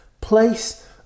place